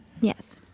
Yes